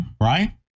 Right